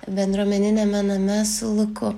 bendruomeniniame name su luku